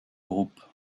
groupe